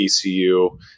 ECU